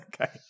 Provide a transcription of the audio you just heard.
Okay